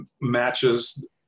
matches